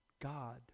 God